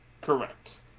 Correct